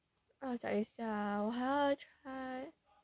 uh 让我想一下啊我还要 try